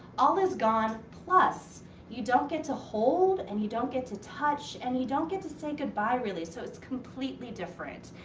all that's gone, plus you don't get to hold, and you don't get to touch, and you don't get to say goodbye really. so, it's completely different.